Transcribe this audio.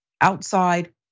outside